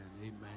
amen